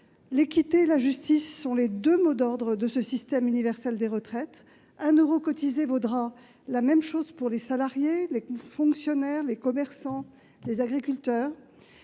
L'équité et la justice sont les deux mots d'ordre de ce système universel des retraites : un euro cotisé vaudra la même chose pour les salariés, les fonctionnaires, les commerçants, les agriculteurs.